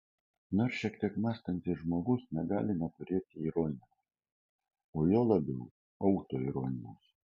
nors šiek tiek mąstantis žmogus negali neturėti ironijos o juo labiau autoironijos